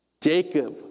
jacob